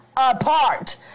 Apart